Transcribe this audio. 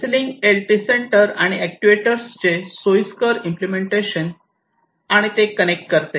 CC link LT sensor आणि अॅक्ट्युएटर्सचे सोयीस्कर इम्पलेमेंटेशन आणि ते कनेक्ट करते